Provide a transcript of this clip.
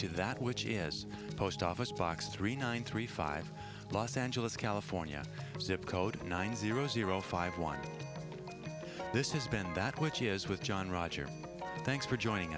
to that which is post office box three nine three five los angeles california zip code nine zero zero five one this is ben and that which is with john roger thanks for joining